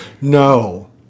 No